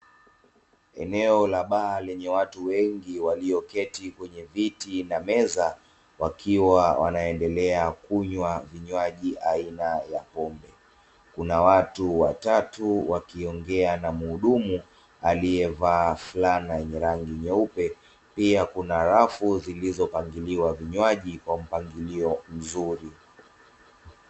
Eneo la baa lenye watu wengi walioketi kwenye viti na meza wakiwa wanaendelea kunywa vinywaji aina ya pombe, kuna watu watatu wakiongea na muhudumu aliyevaa fulana yenye rangi nyeupe pia kuna rafu zilizopangiliwa vinywaji kwa mpangilio mzuri.